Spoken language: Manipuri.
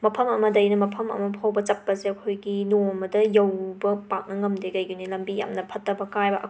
ꯃꯐꯝ ꯑꯃꯗꯒꯤꯅ ꯃꯐꯝ ꯑꯃ ꯐꯥꯎꯕ ꯆꯠꯄꯁꯦ ꯑꯩꯈꯣꯏꯒꯤ ꯅꯣꯡꯃꯗ ꯌꯧꯕ ꯄꯥꯛꯅ ꯉꯝꯗꯦ ꯀꯩꯒꯤꯅꯣ ꯂꯝꯕꯤ ꯌꯥꯝꯅ ꯐꯠꯇꯕ ꯀꯥꯏꯕ